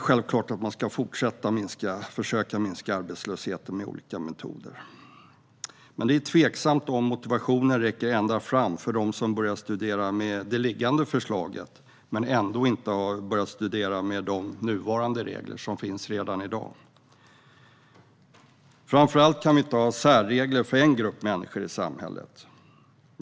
Självklart ska man fortsätta att försöka minska arbetslösheten med olika metoder, men det är tveksamt om motivationen räcker ända fram för dem som börjar att studera med det liggande förslaget men ändå inte har börjat studera med de nuvarande reglerna. Framför allt kan vi inte ha särregler för en grupp människor i samhället.